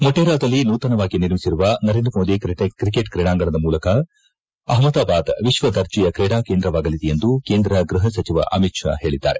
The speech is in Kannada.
ಮೊಟೆರಾದಲ್ಲಿ ನೂತನವಾಗಿ ನಿರ್ಮಿಸಿರುವ ನರೇಂದ್ರ ಮೋದಿ ಕ್ರಿಕೆಟ್ ಕ್ರೀಡಾಂಗಣದ ಮೂಲಕ ಅಪ್ದಾಬಾದ್ ವಿಶ್ವದರ್ಜೆಯ ಕ್ರೀಡಾ ಕೇಂದ್ರವಾಗಲಿದೆ ಎಂದು ಕೇಂದ್ರ ಗೃಹ ಸಚಿವ ಅಮಿತ್ ಷಾ ಹೇಳಿದ್ದಾರೆ